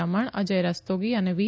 Raman A Y Rastogi અને વી